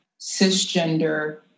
cisgender